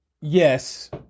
yes